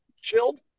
chilled